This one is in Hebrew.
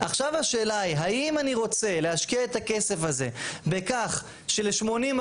עכשיו השאלה היא האם אני רוצה להשקיע את הכסף הזה בכך של-80%